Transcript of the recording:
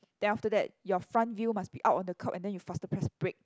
then after that your front view must be out on the curb and then you faster press brake